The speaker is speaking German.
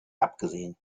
abgesehen